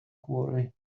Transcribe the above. quarry